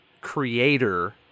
creator